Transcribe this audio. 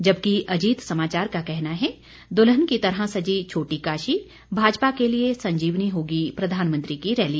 जबकि अजीत समाचार का कहना है दुल्हन की तरह सजी छोटी काशी भाजपा के लिए संजीवनी होगी प्रधानमंत्री की रैली